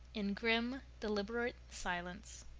in grim, deliberate silence,